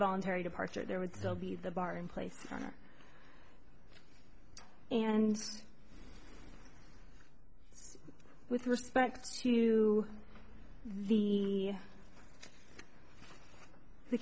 voluntary departure there would still be the bar in place and with respect to the the